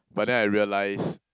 but then I realise